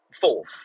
fourth